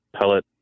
pellet